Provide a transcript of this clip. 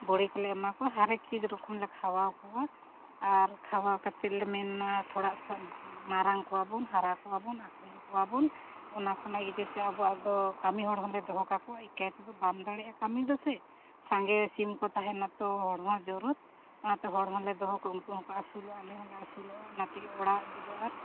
ᱵᱚᱲᱤ ᱠᱚᱞᱮ ᱮᱢᱟ ᱠᱚᱣᱟ ᱦᱟᱨᱮᱠ ᱪᱤᱡᱽ ᱨᱚᱠᱚᱢ ᱞᱮ ᱠᱷᱟᱣᱟᱣ ᱠᱚᱣᱟ ᱟᱨ ᱠᱷᱟᱣᱟᱣ ᱠᱟᱛᱮᱞᱮ ᱢᱮᱱᱟ ᱛᱷᱚᱲᱟ ᱥᱟᱵ ᱢᱟᱨᱟᱝ ᱠᱚᱣᱟᱵᱚᱱ ᱦᱟᱨᱟ ᱠᱚᱣᱟᱵᱚᱱ ᱟᱹᱠᱷᱨᱤᱧ ᱠᱚᱣᱟᱵᱚᱱ ᱚᱱᱟ ᱠᱷᱚᱱᱟᱜ ᱜᱮ ᱡᱮᱭᱥᱮ ᱥᱮ ᱟᱵᱚᱣᱟᱜ ᱫᱚ ᱠᱟᱹᱢᱤ ᱦᱚᱲ ᱦᱚᱸᱞᱮ ᱫᱚᱦᱚ ᱠᱟᱠᱚᱣᱟ ᱮᱠᱟᱭ ᱛᱮᱫᱚ ᱵᱟᱢ ᱫᱟᱲᱮᱭᱟᱜᱼᱟ ᱠᱟᱹᱢᱤ ᱫᱚ ᱥᱮ ᱥᱟᱸᱜᱮ ᱥᱤᱢ ᱠᱚ ᱛᱟᱦᱮᱱᱟ ᱛᱚ ᱦᱚᱲ ᱦᱚᱸ ᱡᱚᱨᱩᱨ ᱚᱱᱟᱛᱮ ᱦᱚᱲ ᱦᱚᱸᱞᱮ ᱫᱚᱦᱚ ᱠᱚᱣᱟ ᱩᱱᱠᱩ ᱦᱚᱸᱠᱚ ᱟᱹᱥᱩᱞᱚᱜᱼᱟ ᱟᱞᱮ ᱦᱚᱸᱞᱮ ᱟᱹᱥᱩᱞᱚᱜᱼᱟ ᱚᱱᱟᱛᱮᱜᱮ ᱚᱲᱟᱜ ᱫᱩᱣᱟᱹᱨ